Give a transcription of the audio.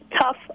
tough